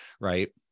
right